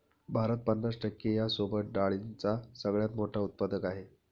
भारत पन्नास टक्के यांसोबत डाळींचा सगळ्यात मोठा उत्पादक आहे